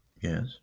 Yes